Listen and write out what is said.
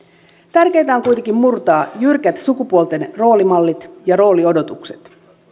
tärkeintä on kuitenkin murtaa jyrkät sukupuolten roolimallit ja rooliodotukset